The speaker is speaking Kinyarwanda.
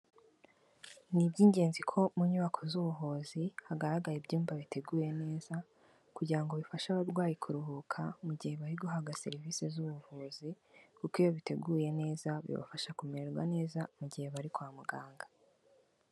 Ni iby'ingenzi ko mu nyubako z'ubuvuzi hagaragara ibyumba biteguye neza, kugira ngo bifashe abarwayi kuruhuka mu gihe bari guhabwa serivise z'ubuvuzi. Kuko iyo biteguye neza, bibafasha kumererwa neza mu gihe bari kwa muganga.